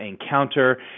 encounter